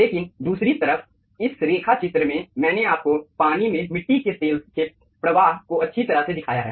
लेकिन दूसरी तरफ इस रेखा चित्र में मैंने आपको पानी में मिट्टी के तेल के प्रवाह को अच्छी तरह से दिखाया है